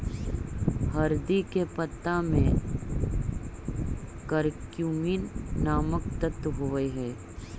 हरदी के पत्ता में करक्यूमिन नामक तत्व होब हई